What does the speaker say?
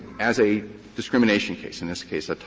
as a discrimination case in this case,